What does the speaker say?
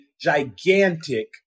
gigantic